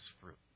fruit